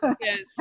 Yes